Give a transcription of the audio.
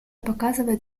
показывает